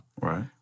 Right